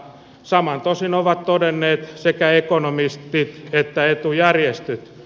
saman tosin ovat todenneet sekä ekonomistit että etujärjestöt